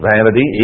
Vanity